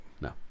no